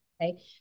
Okay